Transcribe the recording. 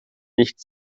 nicht